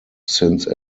since